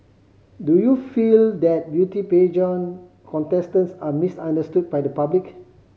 do you feel that beauty pageant contestants are misunderstood by the public